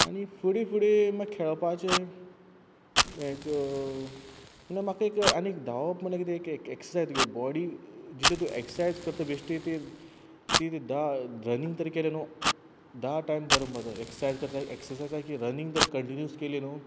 आनी फुडें फुडें म्हाक खेळपाचें म्हळ्यार म्हाक एक आनी धांवप म्हणल्यार कितें एक एक्सरसायज तुगे बॉडी जितली तूं एक्सरसायज करता बेश्टी ती ती सुद्दां रनिंग तरी केलें न्हू धा टायम बरो म्हणपाचो एक्सरसायज करच्याक एक्सरसायजा सारकी रनिंग जर कंटिन्युअस केली न्हू